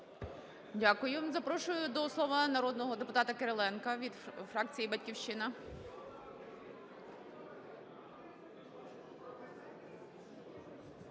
Дякую. Запрошую до слова народного депутата Кириленка від фракції "Батьківщина".